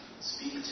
speak